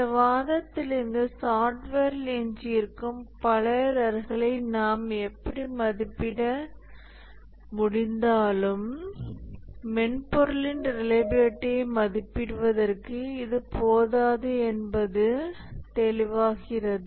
இந்த வாதத்திலிருந்து சாஃப்ட்வேரில் எஞ்சியிருக்கும் பல எரர்களை நாம் எப்படியாவது மதிப்பிட முடிந்தாலும் மென்பொருளின் ரிலையபிலிடியை மதிப்பிடுவதற்கு இது போதாது என்பது தெளிவாகிறது